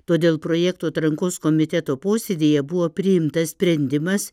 todėl projektų atrankos komiteto posėdyje buvo priimtas sprendimas